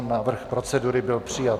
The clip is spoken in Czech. Návrh procedury byl přijat.